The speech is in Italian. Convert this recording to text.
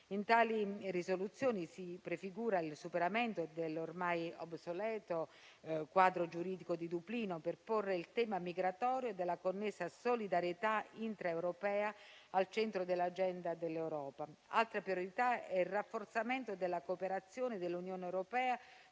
di risoluzione si prefigura il superamento dell'ormai obsoleto quadro giuridico di Dublino, per porre il tema migratorio e della connessa solidarietà intraeuropea al centro dell'agenda dell'Europa. Altra priorità è il rafforzamento della cooperazione dell'Unione europea